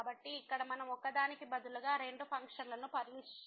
కాబట్టి ఇక్కడ మనం ఒకదానికి బదులుగా రెండు ఫంక్షన్లను పరిశీలిస్తాము